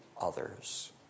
others